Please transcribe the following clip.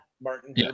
Martin